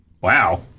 Wow